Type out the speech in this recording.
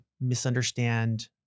misunderstand